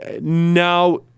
now